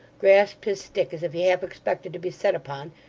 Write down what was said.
grasped his stick as if he half expected to be set upon,